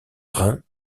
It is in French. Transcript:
rhin